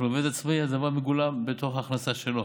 אך לעובד העצמאי הדבר מגולם בתוך ההכנסה שלו.